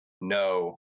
No